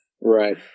Right